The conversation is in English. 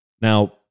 Now